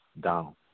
down